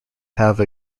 have